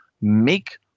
make